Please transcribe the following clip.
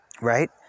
Right